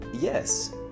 yes